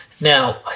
Now